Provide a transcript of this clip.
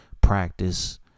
practice